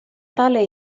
tale